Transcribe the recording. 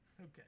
Okay